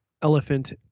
Elephant